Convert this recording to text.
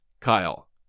Kyle